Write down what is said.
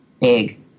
big